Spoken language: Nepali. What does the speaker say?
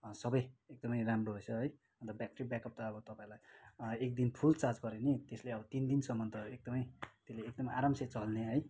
सबै एकदमै राम्रो रहेछ है अन्त ब्याट्री ब्याकअप त अब तपाईँलाई एकदिन फुल चार्ज गऱ्यो भने त्यसले अब तिन दिनसम्म त एकदमै त्यसले एकदम आरामसे चल्ने है